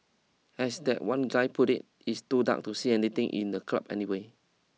as that one guy put it it's too dark to see anything in the club anyway